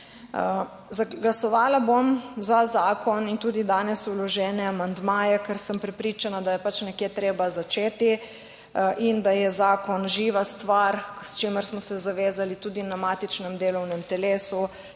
Glasovala bom za zakon in tudi danes vložene amandmaje, ker sem prepričana, da je pač nekje treba začeti, in da je zakon živa stvar, k čemur smo se zavezali tudi na matičnem delovnem telesu.